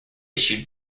issued